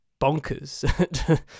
bonkers